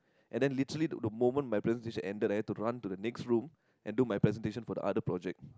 and then literally the moment my presentation ended I had to run to the next room and do my presentation for the other project